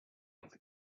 other